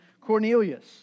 Cornelius